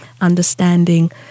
understanding